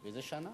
איזה שנה?